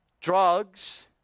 drugs